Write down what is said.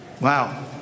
Wow